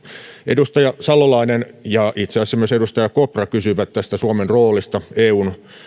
edustaja salolainen ja itse asiassa myös edustaja kopra kysyivät suomen roolista eun